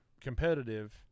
competitive